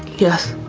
yes.